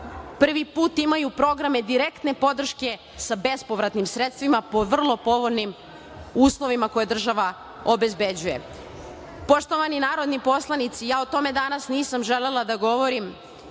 Prvi put imaju programe direktne podrške sa bespovratnim sredstvima po vrlo povoljnim uslovima koje država obezbeđuje. Poštovani narodni poslanici, ja o tome danas nisam želela da govorim,